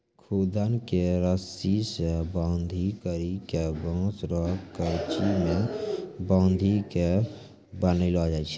खुद्दन के रस्सी से बांधी करी के बांस रो करची मे बांधी के बनैलो जाय छै